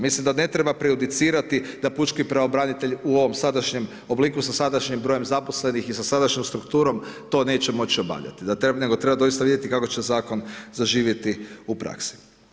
Mislim da ne treba prejudicirati da pučki pravobranitelj u ovom sadašnjem obliku sa sadašnjim brojem zaposlenih i sa sadašnjom strukturom to neće moći obavljati nego treba doista vidjeti kako će zakon zaživjeti u praksi.